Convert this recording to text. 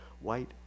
white